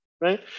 right